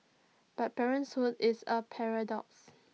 but parenthood is A paradox